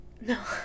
No